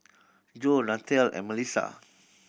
Joe Nathalie and Melisa